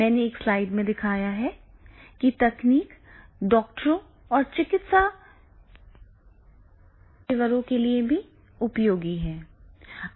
मैंने एक स्लाइड में दिखाया है कि तकनीक डॉक्टरों या चिकित्सा पेशेवरों के लिए भी उपयोगी है